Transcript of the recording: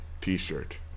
t-shirt